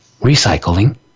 recycling